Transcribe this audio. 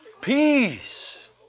Peace